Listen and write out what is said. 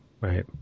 Right